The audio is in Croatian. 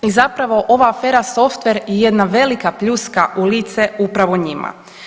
I zapravo ova afera softver je jedna velika pljuska u lice upravo njima.